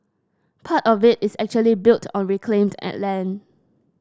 part of it is actually built on reclaimed land